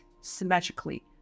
symmetrically